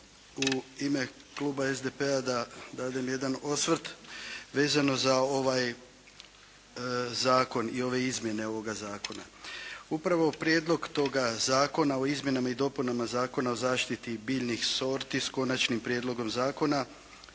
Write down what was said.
u ime Kluba SDP-a da dadem jedan osvrt vezano za ovaj zakon i ove izmjene ovoga zakona. Upravo Prijedlog toga zakona o izmjenama i dopunama Zakona o zaštiti biljnih sorti s Konačnim prijedlogom zakona